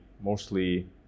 mostly